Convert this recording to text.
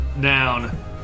down